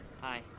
Hi